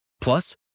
Plus